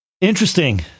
Interesting